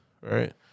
right